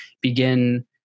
begin